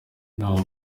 naho